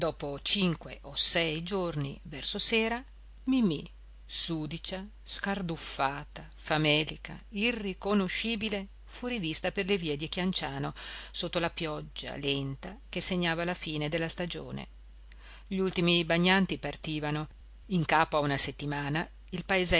dopo cinque o sei giorni verso sera mimì sudicia scarduffata famelica irriconoscibile fu rivista per le vie di chianciano sotto la pioggia lenta che segnava la fine della stagione gli ultimi bagnanti partivano in capo a una settimana il paesello